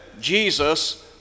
Jesus